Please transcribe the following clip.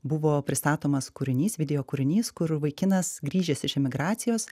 buvo pristatomas kūrinys video kūrinys kur vaikinas grįžęs iš emigracijos